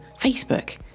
Facebook